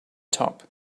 top